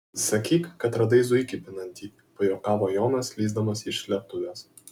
sakyk kad radai zuikį pinantį pajuokavo jonas lįsdamas iš slėptuvės